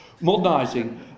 modernising